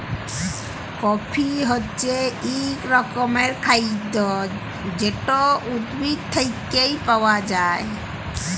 coffee হছে ইক রকমের খাইদ্য যেট উদ্ভিদ থ্যাইকে পাউয়া যায়